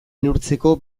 neurtzeko